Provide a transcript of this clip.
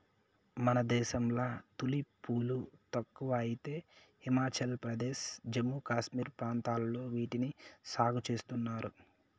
మన దేశంలో తులిప్ పూలు తక్కువ అయితే హిమాచల్ ప్రదేశ్, జమ్మూ కాశ్మీర్ ప్రాంతాలలో వీటిని సాగు చేస్తున్నారు